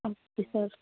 okay sir